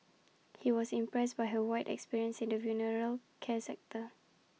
he was impressed by her wide experience in the funeral care sector